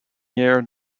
year